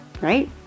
right